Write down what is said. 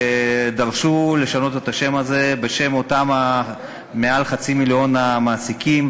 ודרשו לשנות את השם הזה בשם אותם מעל חצי מיליון המעסיקים,